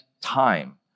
time